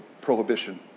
prohibition